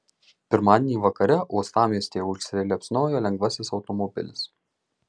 pirmadienį vakare uostamiestyje užsiliepsnojo lengvasis automobilis